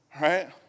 Right